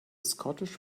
scottish